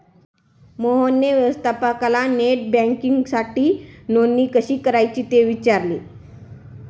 मोहनने व्यवस्थापकाला नेट बँकिंगसाठी नोंदणी कशी करायची ते विचारले